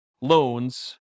loans